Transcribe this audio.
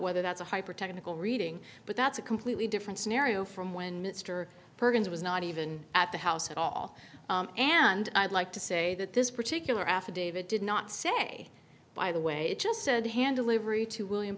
whether that's a hypertechnical reading but that's a completely different scenario from when mr perkins was not even at the house at all and i'd like to say that this particular affidavit did not say by the way just said handle every two william